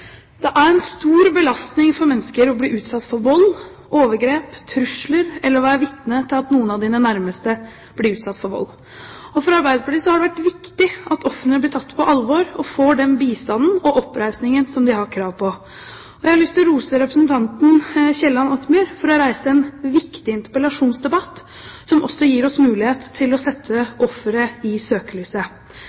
det vært viktig at ofrene blir tatt på alvor og får den bistanden og oppreisningen som de har krav på. Jeg har lyst til å rose representanten Kielland Asmyhr for å reise en viktig interpellasjonsdebatt som også gir oss mulighet til å sette offeret i søkelyset.